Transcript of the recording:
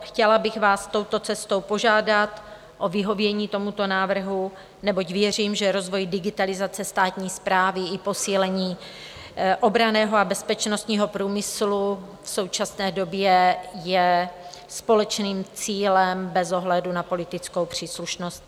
Chtěla bych vás touto cestou požádat o vyhovění tomuto návrhu, neboť věřím, že rozvoj digitalizace státní správy i posílení obranného a bezpečnostního průmyslu v současné době je společným cílem bez ohledu na politickou příslušnost.